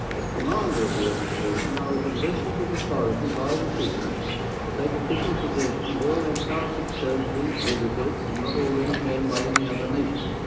as commander of the expedition, i was invested with authority by the king to take official possession of all antarctic territories visited and not already claimed by any other nation.